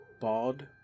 Bald